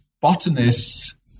botanists